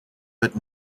but